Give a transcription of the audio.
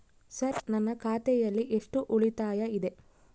Sir ನನ್ನ ಖಾತೆಯಲ್ಲಿ ಎಷ್ಟು ಉಳಿತಾಯ ಇದೆ?